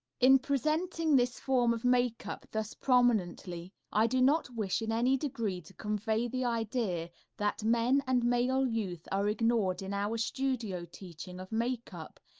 in presenting this form of makeup thus prominently, i do not wish in any degree to convey the idea that men and male youth are ignored in our studio teaching of makeup,